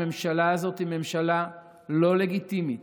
הממשלה הזאת היא ממשלה לא לגיטימית,